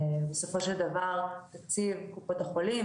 בסופו של דבר תקציב קופות החולים,